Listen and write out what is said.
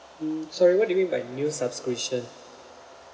mm sorry what do you mean by new subscription